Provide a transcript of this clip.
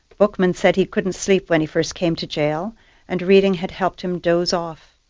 bookman said he couldn't sleep when he first came to jail and reading had helped him doze off.